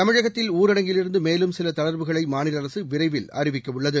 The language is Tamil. தமிழகத்தில் ஊரடங்கிலிருந்து மேலும் சில தளர்வுகளை மாநில அரசு விரைவில் அறிவிக்கவுள்ளது